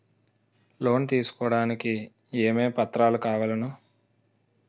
Loan తీసుకోడానికి ఏమేం పత్రాలు కావలెను?